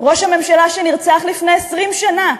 ראש הממשלה שנרצח לפני 20 שנה.